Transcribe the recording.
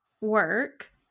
work